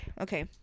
okay